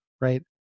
right